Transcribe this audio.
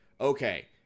Okay